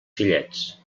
fillets